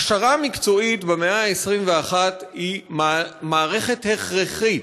הכשרה מקצועית במאה ה-21 היא מערכת הכרחית.